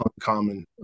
uncommon